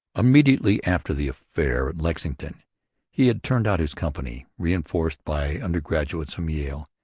immediately after the affair at lexington he had turned out his company, reinforced by undergraduates from yale,